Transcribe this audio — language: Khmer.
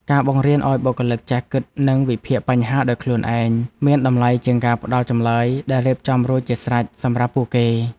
ការបង្រៀនឱ្យបុគ្គលិកចេះគិតនិងវិភាគបញ្ហាដោយខ្លួនឯងមានតម្លៃជាងការផ្តល់ចម្លើយដែលរៀបចំរួចជាស្រេចសម្រាប់ពួកគេ។